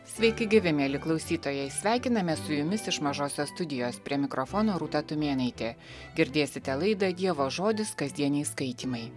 sveiki gyvi mieli klausytojai sveikinamės su jumis iš mažosios studijos prie mikrofono rūta tumėnaitė girdėsite laida dievo žodis kasdieniai skaitymai